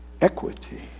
equity